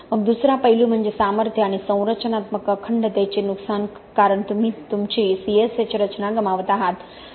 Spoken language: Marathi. मग दुसरा पैलू म्हणजे सामर्थ्य आणि संरचनात्मक अखंडतेचे नुकसान कारण तुम्ही तुमची C S H रचना गमावत आहात